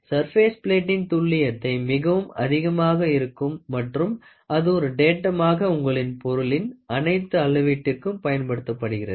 surface பிளேட்டின் துல்லியத்தை மிகவும் அதிகமாக இருக்கும் மற்றும் அது ஒரு டேட்மாக உங்களின் பொருளின் அனைத்து அளவீட்டிற்கும் பயன்படுகிறது